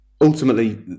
ultimately